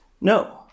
No